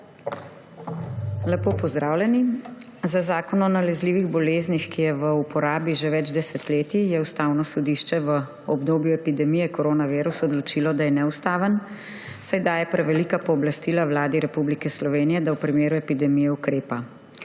Lepo pozdravljeni! Za Zakon o nalezljivih boleznih, ki je v uporabi že več desetletij, je Ustavno sodišče v obdobju epidemije koronavirusa odločilo, da je neustaven, saj daje prevelika pooblastila Vladi Republike Slovenije, da v primeru epidemije ukrepa.